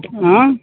आयँ